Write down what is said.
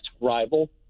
rival